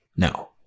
No